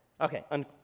Okay